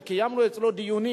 שקיימנו אצלו דיונים,